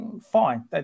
fine